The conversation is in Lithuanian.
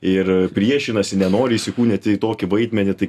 ir priešinasi nenori įsikūnyti į tokį vaidmenį tai